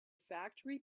factory